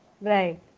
Right